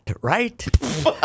right